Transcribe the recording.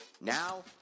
Now